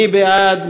מי בעד?